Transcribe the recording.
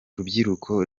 rubyiruko